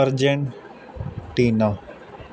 Arjan Tina